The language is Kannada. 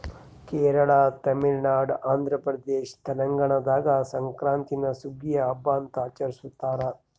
ಕೇರಳ ತಮಿಳುನಾಡು ಆಂಧ್ರಪ್ರದೇಶ ತೆಲಂಗಾಣದಾಗ ಸಂಕ್ರಾಂತೀನ ಸುಗ್ಗಿಯ ಹಬ್ಬ ಅಂತ ಆಚರಿಸ್ತಾರ